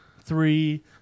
three